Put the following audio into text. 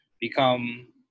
become